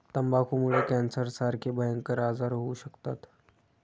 तंबाखूमुळे कॅन्सरसारखे भयंकर आजार होऊ शकतात